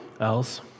else